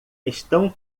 estão